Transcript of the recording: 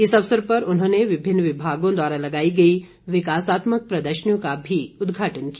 इस अवसर पर उन्होंने विभिन्न विभागों द्वारा लगाई गई विकासात्मक प्रदर्शनियों का भी उदघाटन किया